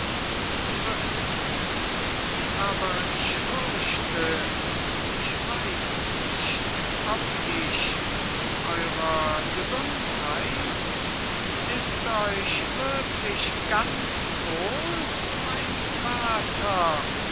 so ist es aber ich fürchte ich weiß nicht ob ich eurer gesundheit ist euch wirklich ganz wohl mein vater